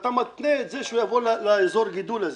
ואתה מתנה את זה שהוא יבוא לאזור גידול הזה.